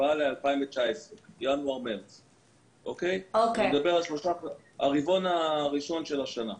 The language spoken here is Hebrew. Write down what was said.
בהשוואה לינואר-מרץ 2019. אני מדבר על הרבעון הראשון של השנה.